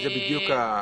זה בדיוק הנושא.